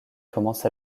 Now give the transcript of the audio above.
commence